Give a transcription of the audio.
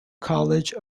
college